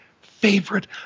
favorite